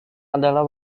adalah